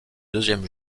deuxième